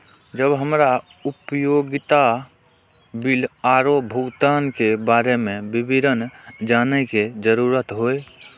जब हमरा उपयोगिता बिल आरो भुगतान के बारे में विवरण जानय के जरुरत होय?